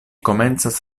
komencas